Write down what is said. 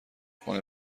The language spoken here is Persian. کنه